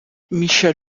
michel